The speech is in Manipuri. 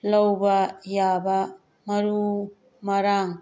ꯂꯧꯕ ꯌꯥꯕ ꯃꯔꯨ ꯃꯔꯥꯡ